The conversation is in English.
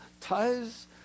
ties